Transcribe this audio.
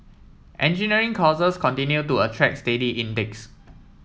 engineering courses continue to attract steady intakes